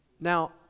Now